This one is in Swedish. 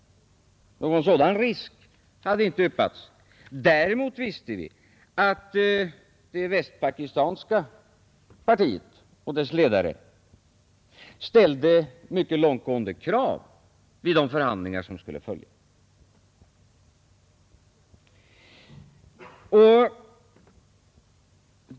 Någon sådan risk hade inte yppats. Däremot visste vi att det östpakistanska partiet och dess ledare skulle komma att ställa mycket långtgående krav vid de förhandlingar som skulle följa.